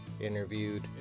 interviewed